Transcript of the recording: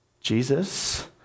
Jesus